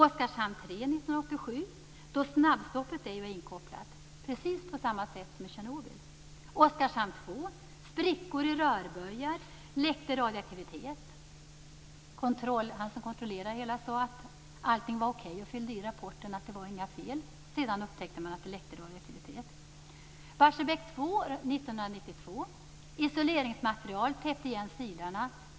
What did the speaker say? Oskarshamn 3 år 1987: Snabbstoppet var ej inkopplat, precis på samma sätt som i Tjernobyl. Oskarshamn 2: Sprickor i rörböjar, läckte radioaktivitet. Den som kontrollerade det hela sade att allt var okej och skrev i rapporten att det inte var några fel. Sedan upptäckte man att det läckte radioaktivitet.